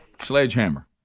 Sledgehammer